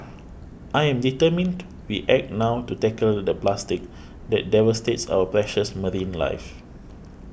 I am determined we act now to tackle the plastic that devastates our precious marine life